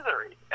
misery